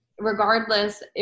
Regardless